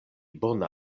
bone